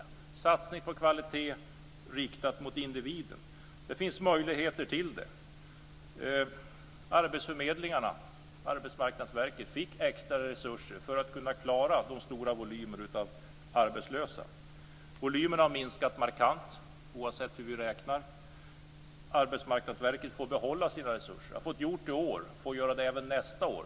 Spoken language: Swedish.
Vi satsar på kvalitet riktat mot individen. Det finns möjligheter till det. Arbetsförmedlingarna och Arbetsmarknadsverket fick extra resurser för att kunna klara de stora volymerna av arbetslösa. Volymerna har minskat markant oavsett hur vi räknar. Arbetsmarknadsverket får behålla sina resurser. Det har det fått göra i år, och det får det göra även nästa år.